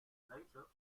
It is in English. natives